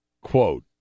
quote